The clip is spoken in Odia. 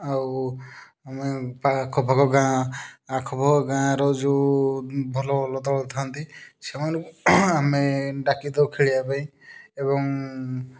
ଆଉ ଆମେ ଆଖପାଖ ଗାଁ ଆଖପାଖ ଗାଁର ଯେଉଁ ଭଲ ଭଲ ଦଳ ଥା'ନ୍ତି ସେମାନେ ଆମେ ଡାକି ଦେଉ ଖେଳିବା ପାଇଁ ଏବଂ